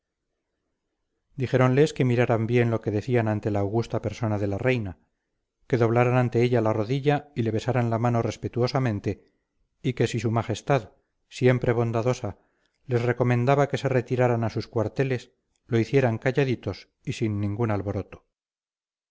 ropa dijéronles que miraran bien lo que decían ante la augusta persona de la reina que doblaran ante ella la rodilla y le besaran la mano respetuosamente y que si su majestad siempre bondadosa les recomendaba que se retiraran a sus cuarteles lo hicieran calladitos y sin ningún alboroto